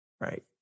right